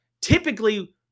typically